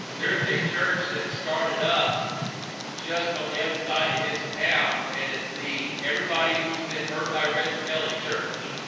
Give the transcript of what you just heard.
there is a church that started up just on the other side of his town and it's the everybody who's been hurt by reg kelly church